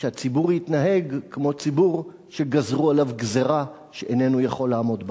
שהציבור יתנהג כמו ציבור שגזרו עליו גזירה שאיננו יכול לעמוד בה.